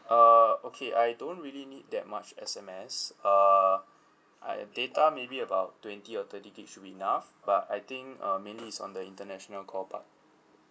uh okay I don't really need that much S_M_S err alright data maybe about twenty or thirty gig should be enough but I think uh mainly is on the international call part